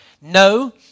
No